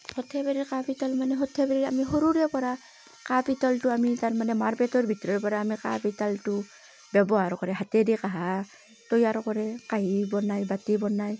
সৰ্থেবাৰীৰ কাঁহ পিতল মানে সৰ্থেবাৰীৰ আমি সৰুৰে পৰা কাঁহ পিতলটো আমি তাৰমানে মাৰ পেটৰ ভিতৰৰ পৰা আমি কাঁহ পিতালটো ব্য়ৱহাৰ কৰে হাতেদি কাঁহা তৈয়াৰ কৰে কাঁহী বনায় বাতি বনায়